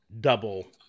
double